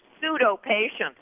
pseudo-patients